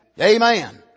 Amen